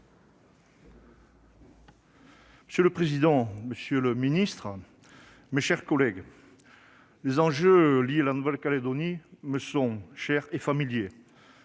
Monsieur le président, monsieur le ministre, mes chers collègues, les enjeux liés à la Nouvelle-Calédonie me sont chers et familiers,